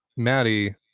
maddie